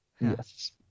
yes